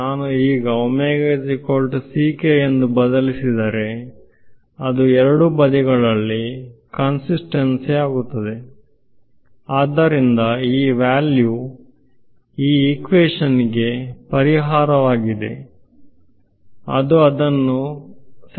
ನಾನು ಈಗ ಎಂದು ಬದಲಿಸಿದರೆ ಅದು ಎರಡೂ ಬದಿಗಳಲ್ಲಿ ಕನ್ಸಿಸ್ಟೆನ್ಟ್ ಆಗುತ್ತೆ ಆದ್ದರಿಂದ ಈ ವ್ಯಾಲ್ಯೂ ಈ ಈಕ್ವೇಶನ್ಗೆ ಪರಿಹಾರವಾಗಿದೆ ಅದು ಅದನ್ನು ತೃಪ್ತಿಪಡಿಸುತ್ತದೆ